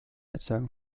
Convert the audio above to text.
erzeugung